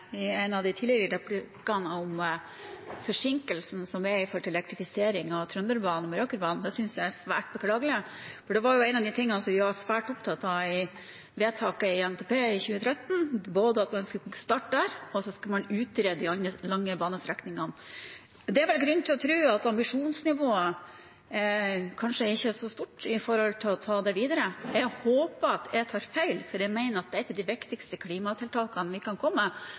i en av de tidligere replikkene om forsinkelsen i elektrifiseringen av Trønderbanen og Meråkerbanen. Det synes jeg er svært beklagelig, for det var en av de tingene som vi var svært opptatt av i vedtakene i forbindelse med NTP i 2013, både at man skulle starte der, og at man skulle utrede de lange banestrekningene. Det er vel grunn til å tro at ambisjonsnivået kanskje ikke er så stort når det gjelder å ta det videre. Jeg håper at jeg tar feil, for jeg mener at et av de viktigste klimatiltakene vi kan komme